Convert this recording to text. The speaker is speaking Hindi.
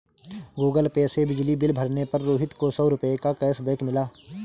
गूगल पे से बिजली बिल भरने पर रोहित को सौ रूपए का कैशबैक मिला